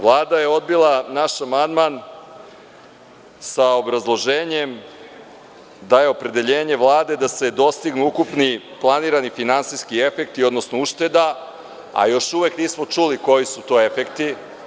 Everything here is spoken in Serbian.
Vlada je odbila naš amandman sa obrazloženjem da je opredeljenje Vlade da se dostignu ukupni planirani finansijski efektni, odnosno ušteda, a još uvek nismo čuli koji su to efekti.